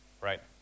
right